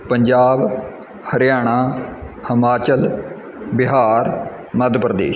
Punjab Haryana Himachal Bihar Madhya Pradesh